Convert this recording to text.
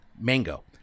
Mango